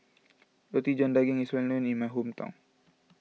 Roti John Daging is well known in my hometown